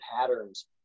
patterns